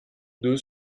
deux